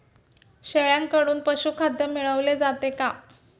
शेळ्यांकडून पशुखाद्य मिळवले जाते का?